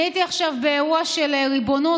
אני הייתי עכשיו באירוע של ריבונות,